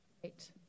Great